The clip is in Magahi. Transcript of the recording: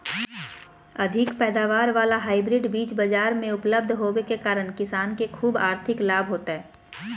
अधिक पैदावार वाला हाइब्रिड बीज बाजार मे उपलब्ध होबे के कारण किसान के ख़ूब आर्थिक लाभ होतय